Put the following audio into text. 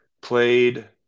played